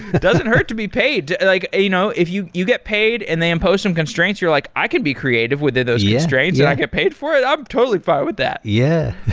it doesn't hurt to be paid. like you know if you you get paid and they impose some constraints, you're like, i can be creative with those constraints, and i get paid for it. i'm totally fine with that. yeah.